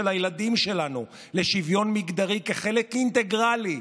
יכול להיות שהחוק ראוי.